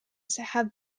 have